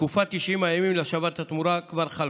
תקופת 90 הימים להשבת התמורה כבר חלפה.